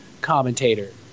commentator